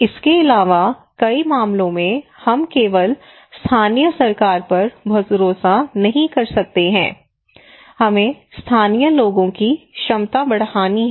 इसके अलावा कई मामलों में हम केवल स्थानीय सरकार पर भरोसा नहीं कर सकते हैं हमें स्थानीय लोगों की क्षमता बढ़ानी है